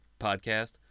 podcast